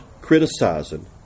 criticizing